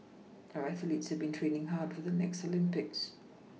our athletes have been training hard for the next Olympics